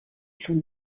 sont